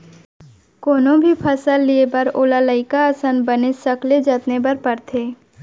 कोनो भी फसल लिये बर ओला लइका असन बनेच सखले जतने बर परथे